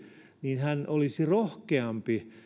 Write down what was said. niin hän olisi rohkeampi